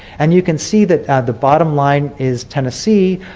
and you can see that the bottom line is tennessee.